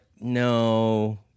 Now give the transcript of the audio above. no